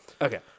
Okay